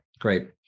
great